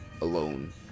alone